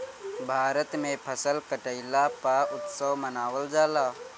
भारत में फसल कटईला पअ उत्सव मनावल जाला